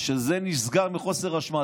שזה נסגר מחוסר אשמה.